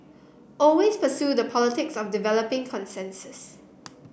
always pursue the politics of developing consensus